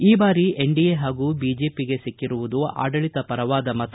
ಈ ಬಾರಿ ಎನ್ಡಿಎ ಹಾಗೂ ಬಿಜೆಪಿಗೆ ಸಿಕ್ಕಿರುವುದು ಆಡಳಿತ ಪರವಾದ ಮತ